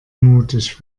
mutig